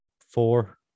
Four